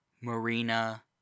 Marina